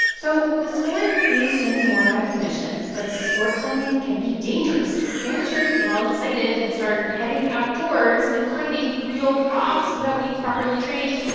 so the sport is getting more recognition, but sport climbing can be dangerous. if amateurs get all excited and start heading outdoors and climbing real rocks without being properly trained,